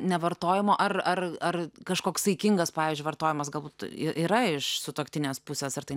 nevartojimu ar ar ar kažkoks saikingas pavyzdžiui vartojamas galbūt yra iš sutuoktinės pusės ar tai ne